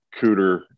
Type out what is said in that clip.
Cooter